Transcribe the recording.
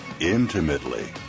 Intimately